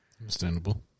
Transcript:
Understandable